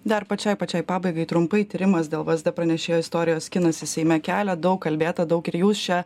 dar pačiai pačiai pabaigai trumpai tyrimas dėl vsd pranešėjo istorijos skinasi seime kelią daug kalbėta daug ir jūs čia